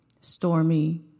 Stormy